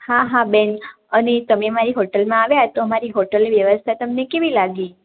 હા હા બેન અને તમે અમારી હોટેલમાં આવ્યા તો અમારી હોટેલની વ્યવસ્થા તમને કેવી લાગી